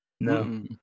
No